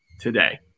today